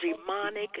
demonic